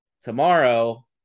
tomorrow